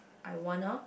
I wanna